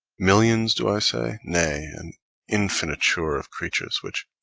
millions, do i say? nay, an infiniture of creatures which,